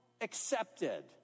accepted